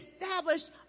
established